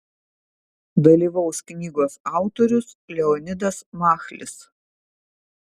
dalyvaus knygos autorius leonidas machlis